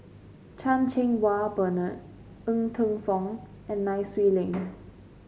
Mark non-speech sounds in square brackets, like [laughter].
Chan Cheng Wah Bernard Ng Teng Fong and Nai Swee Leng [noise]